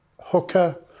hooker